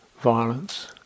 violence